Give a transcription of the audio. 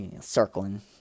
circling